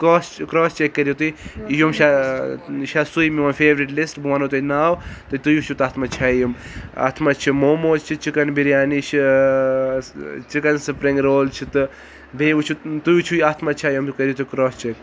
cross cross check کرو توہ یم چھا یہ چھا سُے میون فیورِٹ لِسٹ بہ ونو توہہ ناو تہ تُہۍ وچھو تتھ منٚز چھا یِم اتھ منٛز چھ موموز چھ چِکَن بِریانی چھ چِکَن سپرِنگ رول چھ تہ بیٚیہ وچھو تُہۍ وچھو اتھ منٚز چھا یم یہ کرو توہ کراس چیک